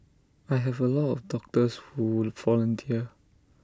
I have A lot of doctors who volunteer